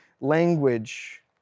language